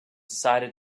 decided